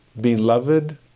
beloved